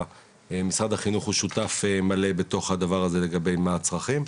משרד החינוך הוא שותף מלא בתוך הדבר הזה לגבי מה הצרכים.